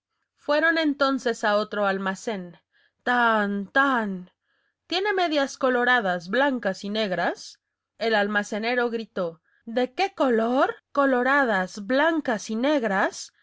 fueron a otro almacén tan tan tiene medias coloradas blancas y negras el almacenero gritó de qué color coloradas blancas y negras